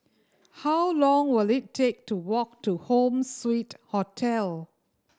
how long will it take to walk to Home Suite Hotel